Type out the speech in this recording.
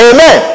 Amen